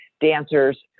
dancers